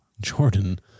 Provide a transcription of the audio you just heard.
Jordan